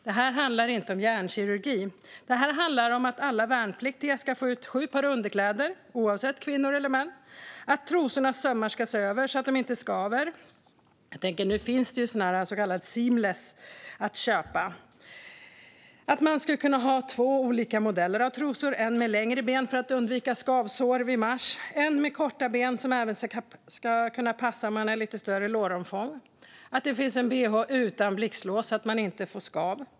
Det handlar inte om hjärnkirurgi, utan det handlar om att alla värnpliktiga, oavsett om de är kvinnor eller män, ska få ut sju par underkläder och att trosornas sömmar ska ses över så att de inte skaver. Numera finns ju så kallade seamlessmodeller att köpa. Man skulle kunna ha två olika modeller av trosor - en med längre ben för att undvika skavsår vid marsch och en med korta ben som även ska kunna passa om man har lite större låromfång. Det ska finnas en bh utan blixtlås så att man inte får skav.